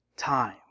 Time